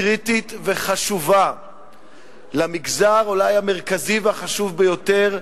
קריטית וחשובה למגזר אולי המרכזי והחשוב ביותר,